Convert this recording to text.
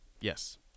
Yes